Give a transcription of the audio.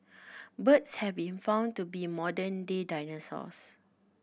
birds have been found to be modern day dinosaurs